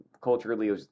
culturally